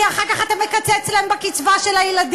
כי אחר כך אתה מקצץ להן בקצבת הילדים.